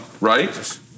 right